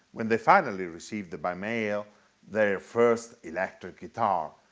when they finally received by mail their first electric guitar!